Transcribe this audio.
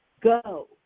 go